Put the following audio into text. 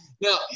now